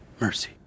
Mercy